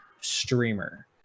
streamer